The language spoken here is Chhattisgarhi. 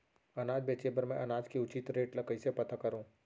अनाज बेचे बर मैं अनाज के उचित रेट ल कइसे पता करो?